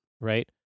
Right